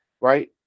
right